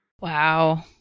Wow